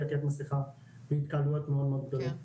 עטיית מסכה בהתקהלויות מאוד מאוד גדולות.